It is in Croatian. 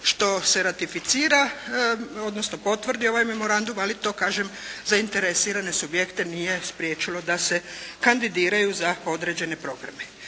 što se ratificira, odnosno potvrdi ovaj memorandum. Ali to kažem zainteresirane subjekte nije spriječilo da se kandidiraju za određene programe.